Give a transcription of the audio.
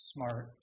Smart